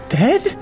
dead